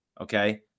Okay